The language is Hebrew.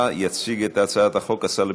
25 בעד,